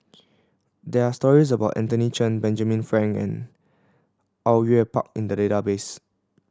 there are stories about Anthony Chen Benjamin Frank and Au Yue Pak in the database